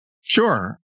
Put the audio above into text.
Sure